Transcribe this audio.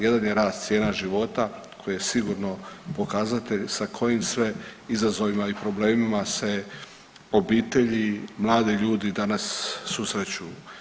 Jedan je rast cijena života koji je sigurno pokazatelj sa kojim sve izazovima i problemima se obitelji, mladi ljudi danas susreću.